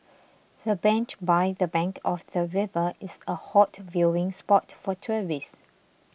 the bench by the bank of the river is a hot viewing spot for tourists